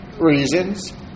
reasons